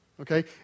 Okay